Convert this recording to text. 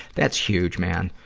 that's huge, man.